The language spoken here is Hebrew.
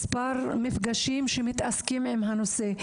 מפגש מפגשים שמתעסקים עם הנושא.